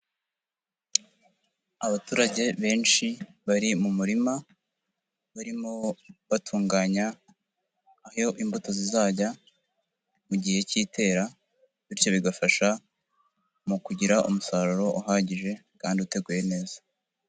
Abaturage benshi, bari mu murima. Barimo batunganya, aho imbuto zizajya mu gihe cy'itera. bityo bigafasha, mu kugira umusaruro uhagije, kandi uteguye neza.